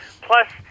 Plus